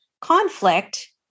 conflict